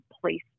place